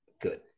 good